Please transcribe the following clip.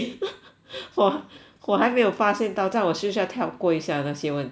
!wah! 我还没有发现到在我书下跳过一下那些问题呢 okay 来